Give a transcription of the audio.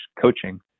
coaching